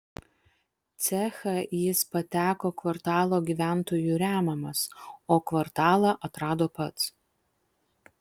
cechą jis pateko kvartalo gyventojų remiamas o kvartalą atrado pats